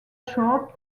short